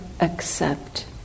accept